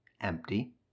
empty